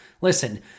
Listen